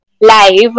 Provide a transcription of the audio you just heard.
live